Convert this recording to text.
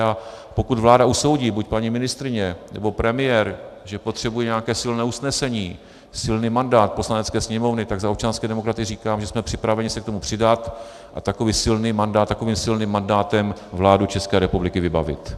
A pokud vláda usoudí, buď paní ministryně, nebo premiér, že potřebují nějaké silné usnesení, silný mandát Poslanecké sněmovny, tak za občanské demokraty říkám, že jsme připraveni se k tomu přidat a takovým silným mandátem vládu České republiky vybavit.